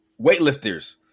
weightlifters